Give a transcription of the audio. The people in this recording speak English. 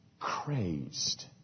Crazed